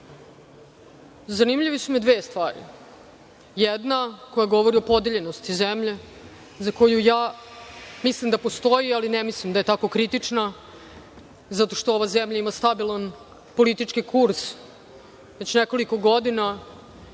su mi dve stvari. Jedna koja govori o podeljenosti zemlje za koju ja mislim da postoji, ali ne mislim da je tako kritična zato što ova zemlja ima stabilan politički kurs već nekoliko godina,